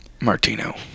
Martino